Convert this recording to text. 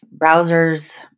browsers